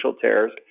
tears